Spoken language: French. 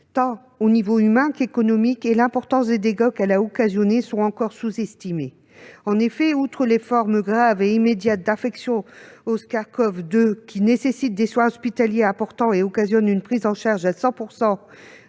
au niveau tant humain qu'économique, et l'importance des dégâts qu'elle a causés est encore sous-estimée. En effet, outre les formes graves et immédiates d'infection au SARS-CoV-2, qui nécessitent des soins hospitaliers importants et entraînent une prise en charge à 100